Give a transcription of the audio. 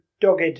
dogged